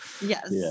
Yes